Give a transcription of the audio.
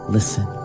Listen